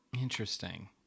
Interesting